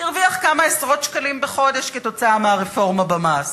הרוויח כמה עשרות שקלים בחודש מהרפורמה במס,